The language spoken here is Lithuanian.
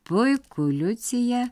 puiku liucija